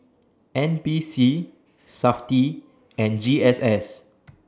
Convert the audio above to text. N P C Safti and G S S